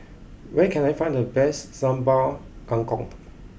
where can I find the best Sambal Kangkong